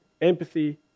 empathy